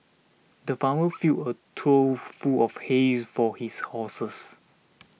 the farmer filled a tool full of hay for his horses